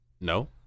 No